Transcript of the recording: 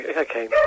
Okay